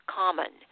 common